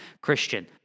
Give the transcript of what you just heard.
Christian